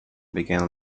began